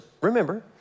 remember